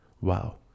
Wow